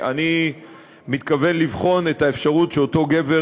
אני מתכוון לבחון את האפשרות שאותו גבר